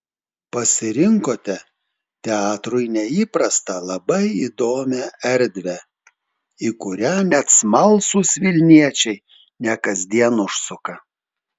pasirinkote teatrui neįprastą labai įdomią erdvę į kurią net smalsūs vilniečiai ne kasdien užsuka